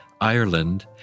Ireland